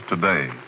today